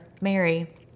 Mary